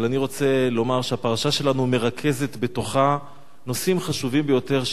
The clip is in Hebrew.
אבל אני רוצה לומר שהפרשה שלנו מרכזת בתוכה נושאים חשובים ביותר,